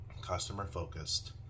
customer-focused